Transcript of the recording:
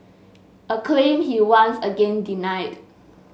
a claim he once again denied